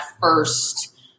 first